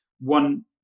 one